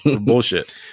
Bullshit